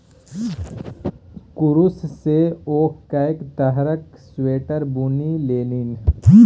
कुरूश सँ ओ कैक तरहक स्वेटर बुनि लेलनि